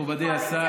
מכובדי השר,